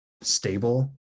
stable